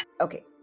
Okay